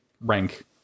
rank